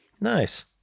Nice